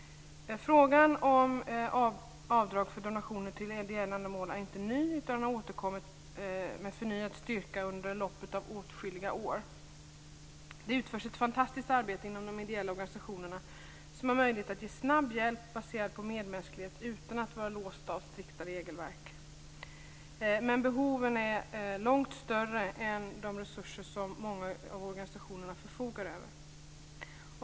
Frågan om avdrag för donationer till ideella ändamål är inte ny, utan den har återkommit med förnyad styrka under loppet av åtskilliga år. Det utförs ett fantastiskt arbete inom de ideella organisationerna, som har möjlighet att ge snabb hjälp baserad på medmänsklighet utan att vara låsta av strikta regelverk. Men behoven är långt större än de resurser som många av organisationerna förfogar över.